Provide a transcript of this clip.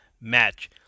match